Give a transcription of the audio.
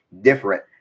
different